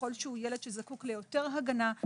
וככל שהוא ילד שזקוק ליותר הגנה,